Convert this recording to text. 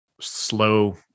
Slow